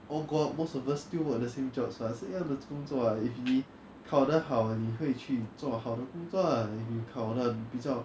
all go out most of us still work at the same jobs [what] 是一样的工作 ah if 你考得好你会去做好的工作啊 if you 考的比较